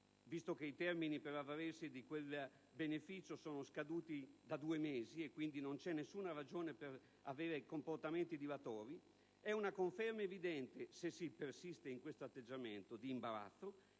(visto che i termini per avvalersi di quel beneficio sono scaduti da due mesi e, quindi, non vi è nessuna ragione per avere comportamenti dilatori) è una conferma evidente, se si persiste in questo atteggiamento, d'imbarazzo,